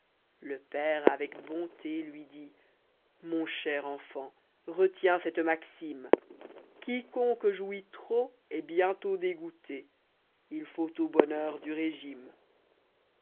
le père avec bonté lui dit mon cher enfant retiens cette maxime quiconque jouit trop est bientôt dégoûté il faut au bonheur du régime